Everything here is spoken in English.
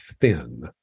thin